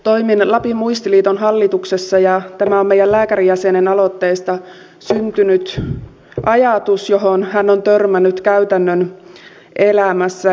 toimin lapin muistiliiton hallituksessa ja tämä on meidän lääkärijäsenemme aloitteesta syntynyt ajatus johon hän on törmännyt käytännön elämässä